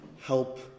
help